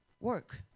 work